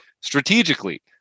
strategically